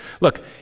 Look